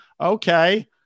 Okay